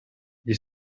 gli